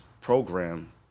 program